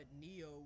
Neo